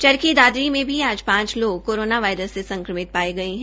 चरखी दादरी में भी आज पांच लोग कोरोना से संक्रमित पाये गये है